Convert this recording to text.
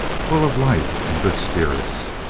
full of life and good spirits.